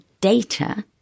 data